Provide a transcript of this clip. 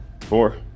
four